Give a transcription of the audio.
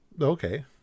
okay